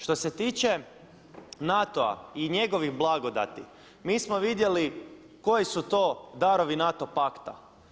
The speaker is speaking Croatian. Što se tiče NATO-a i njegovih blagodati mi smo vidjeli koji su to darovi NATO pakta.